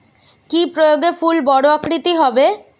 কি প্রয়োগে ফুল বড় আকৃতি হবে?